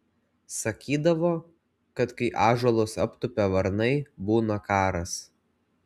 sakydavo kad kai ąžuolus aptupia varnai būna karas